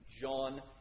John